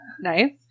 Nice